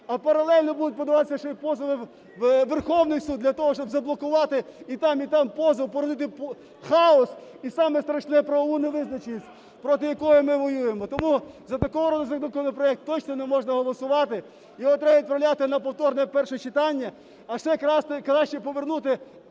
а паралельно будуть подаватися ще і позови у Верховний Суд для того, щоб заблокувати і там, і там позов, породити хаос і саме страшне – правову невизначеність, проти якої ми воюємо. Тому за такий законопроект точно не можна голосувати. Його треба відправляти на повторне перше читання, а ще краще – повернути